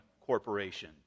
corporation